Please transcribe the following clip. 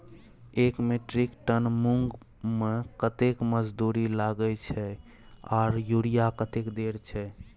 एक metric ton मूंग में कतेक मजदूरी लागे छै आर यूरिया कतेक देर छै?